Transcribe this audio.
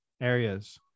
areas